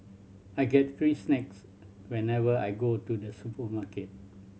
I get free snacks whenever I go to the supermarket